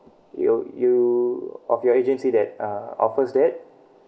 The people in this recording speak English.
you you of your agency that uh offers that